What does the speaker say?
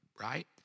right